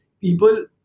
people